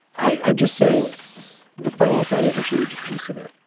i'm just saying the funding side is a huge piece of it.